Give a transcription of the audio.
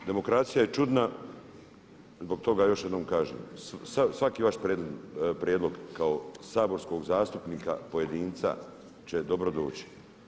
Demokracija je čudna, zbog toga još jednom kažem, svaki vaš prijedlog kao saborskog zastupnika, pojedinca će dobro doći.